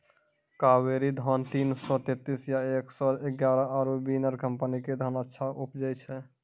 कावेरी धान तीन सौ तेंतीस या एक सौ एगारह आरु बिनर कम्पनी के धान अच्छा उपजै छै?